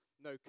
no